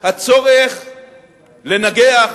לצורך לנגח